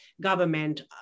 government